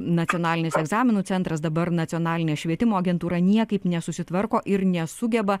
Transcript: nacionalinis egzaminų centras dabar nacionalinė švietimo agentūra niekaip nesusitvarko ir nesugeba